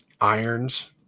Irons